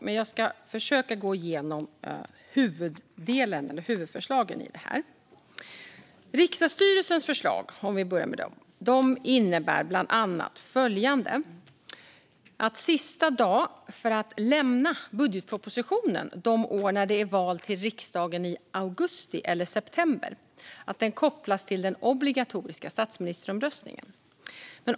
Men jag ska försöka gå igenom huvudförslagen. Riksdagsstyrelsens förslag innebär bland annat följande. Sista dag för att lämna budgetpropositionen de år det är val till riksdagen i augusti eller september kopplas till den obligatoriska statsministeromröstningen.